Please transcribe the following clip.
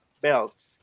belts